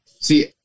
See